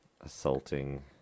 Assaulting